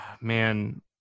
Man